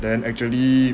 then actually